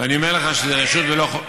ואני אומר לך שזה רשות ולא חובה.